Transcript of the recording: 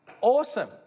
Awesome